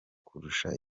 kurusha